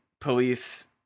police